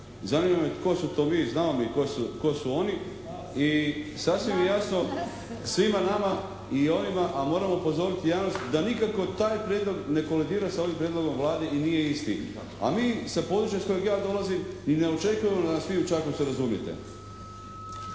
Zanima tko su to mi? Znamo mi tko su oni i sasvim je jasno svima nama i onima a moram upozoriti javnost da nikako taj prijedlog ne kolidira sa ovim prijedlogom Vlade a mi sa područja iz kojeg ja dolazim i ne očekujemo da nas vi u Čakovcu razumijete.